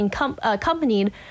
accompanied